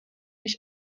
než